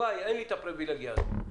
לי אין את הפריווילגיה הזו.